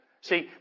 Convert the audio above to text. See